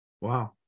Wow